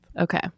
Okay